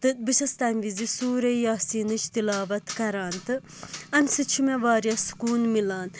تہٕ بہٕ چھَس تَمہِ وِزِ سورہ یاسینچ تِلاوَت کَران تہٕ اَمہِ سٍتۍ چھُ مےٚ وارِیاہ سکوٗن میلان